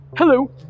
Hello